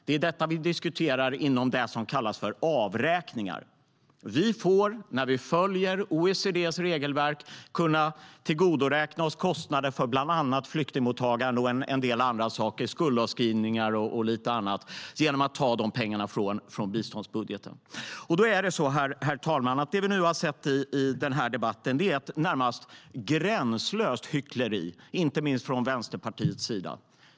Det är det vi diskuterar inom det som kallas för avräkningar. Vi får, när vi följer OECD:s regelverk, tillgodoräkna oss kostnader för bland annat flyktingmottagande, skuldavskrivningar och lite annat genom att ta de pengarna från biståndsbudgeten. Herr talman! Det vi har sett i den här debatten är ett närmast gränslöst hyckleri, inte minst från Vänsterpartiets sida.